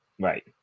Right